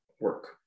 work